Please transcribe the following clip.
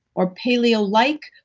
or paleo like,